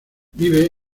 vive